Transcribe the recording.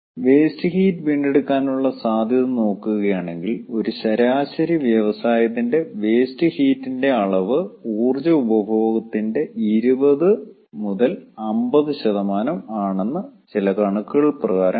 waste heat വീണ്ടെടുക്കാനുള്ള സാധ്യത നോക്കുകയാണെങ്കിൽ ഒരു ശരാശരി വ്യവസായത്തിന്റെ വേസ്റ്റ് ഹീറ്റ്ൻ്റെ അളവ് ഊർജ്ജ ഉപഭോഗത്തിന്റെ 20 50 ആണെന്ന് ചില കണക്കുകൾ പ്രകാരം കാണാം